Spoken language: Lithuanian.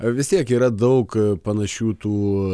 vis tiek yra daug panašių tų